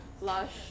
Lush